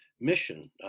mission